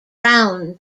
brown